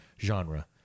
genre